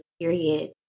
period